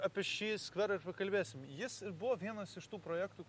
apie šį skverą ir pakalbėsim jis ir buvo vienas iš tų projektų